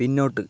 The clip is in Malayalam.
പിന്നോട്ട്